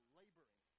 laboring